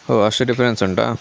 ಓಹ್ ಅಷ್ಟು ಡಿಫ್ರೆನ್ಸ್ ಉಂಟಾ